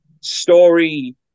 story